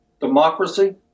democracy